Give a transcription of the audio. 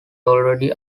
already